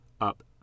up